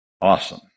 Awesome